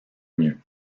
mieux